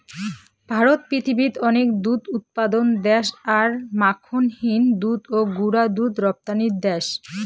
ভারত পৃথিবীত অনেক দুধ উৎপাদন দ্যাশ আর মাখনহীন দুধ ও গুঁড়া দুধ রপ্তানির দ্যাশ